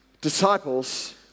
Disciples